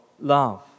love